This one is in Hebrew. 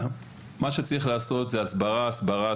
מה שצריך לעשות זה הסברה, הסברה,